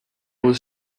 was